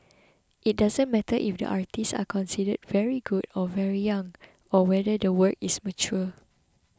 it doesn't matter if the artists are considered very good or very young or whether the work is mature